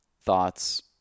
thoughts